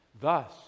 Thus